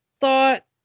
thought